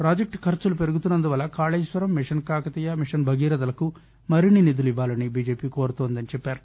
project ఖర్చులు పెరుగుతున్నందు వల్ల కాళేశ్వరం మిషన్ కాకతీయ మిషన్ భగీరథలకు మరిన్ని నిధులు ఇవ్వాలని బిజెపి కోరుతోందని చెప్పారు